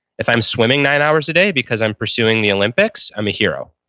if i'm swimming nine hours a day because i'm pursuing the olympics, i'm a hero.